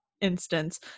instance